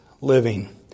living